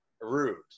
rude